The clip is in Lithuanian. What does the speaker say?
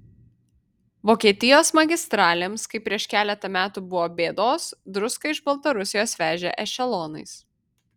vokietijos magistralėms kai prieš keletą metų buvo bėdos druską iš baltarusijos vežė ešelonais